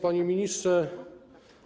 Panie Ministrze!